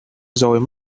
rồi